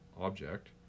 object